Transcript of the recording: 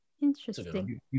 interesting